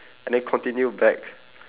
and then continued back